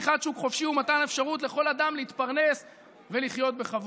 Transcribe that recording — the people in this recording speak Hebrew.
פתיחת שוק חופשי ומתן אפשרות לכל אדם להתפרנס ולחיות בכבוד.